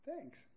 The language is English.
Thanks